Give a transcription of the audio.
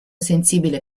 sensibile